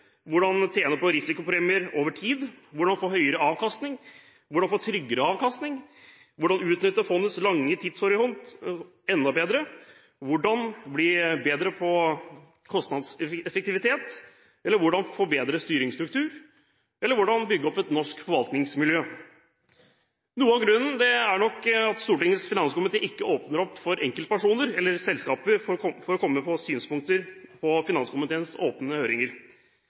hvordan investeringene kan bli bedre, hvordan tjene på risikopremier over tid, hvordan få høyere avkastning, hvordan få tryggere avkastning, hvordan utnytte fondets lange tidshorisont enda bedre, hvordan bli bedre på kostnadseffektivitet, hvordan få bedre styringsstruktur, eller hvordan bygge opp et norsk forvaltningsmiljø. Noe av grunnen er nok at Stortingets finanskomité ikke åpner opp for at enkeltpersoner eller selskaper kan komme med synspunkter på finanskomiteens åpne høringer.